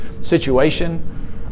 situation